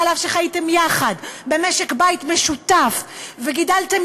אף שחייתם יחד במשק-בית משותף וגידלתם